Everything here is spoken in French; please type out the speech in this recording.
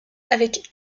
avec